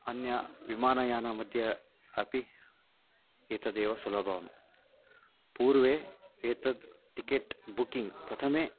अन्यत् विमानयानमध्ये अपि एतदेव सुलभं पूर्वम् एतद् टिकेट् बुक्किङ्ग् प्रथमं